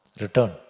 Return